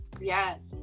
Yes